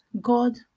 god